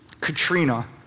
Katrina